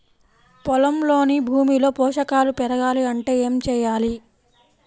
పొలంలోని భూమిలో పోషకాలు పెరగాలి అంటే ఏం చేయాలి?